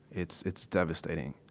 it's it's devastating.